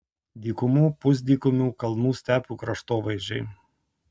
dykumų pusdykumių kalnų stepių kraštovaizdžiai